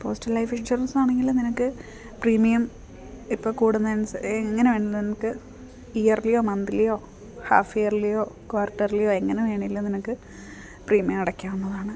postal life insurance ആണെങ്കിൽ നിനക്ക് premium ഇപ്പം കൂടുന്നത് എങ്ങനെ വേണമെങ്കിലും നിനക്ക് ഇയർലിയോ മന്ത്ലിയോ ഹാഫ് ഇയർലിയോ ക്വാർട്ടർലിയോ എങ്ങനെ വേണമെങ്കിലും നിനക്ക് പ്രീമിയം അടയ്ക്കാവുന്നതാണ്